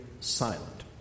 silent